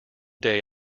day